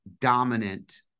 dominant